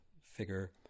figure